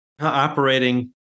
operating